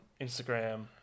Instagram